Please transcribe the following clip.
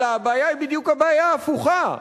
אלא הבעיה היא בדיוק הבעיה ההפוכה.